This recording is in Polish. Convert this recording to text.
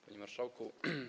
Panie Marszałku!